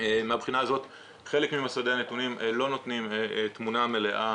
מהבחינה הזאת חלק ממסדי הנתונים לא נותנים תמונה מלאה